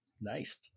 Nice